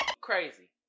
crazy